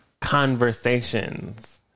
conversations